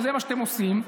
וזה מה שאתם עושים.